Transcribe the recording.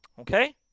Okay